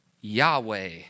Yahweh